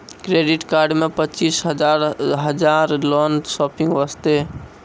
Credit card मे पचीस हजार हजार लोन शॉपिंग वस्ते?